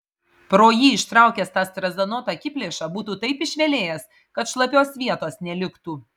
pro jį ištraukęs tą strazdanotą akiplėšą būtų taip išvelėjęs kad šlapios vietos neliktų